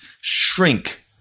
Shrink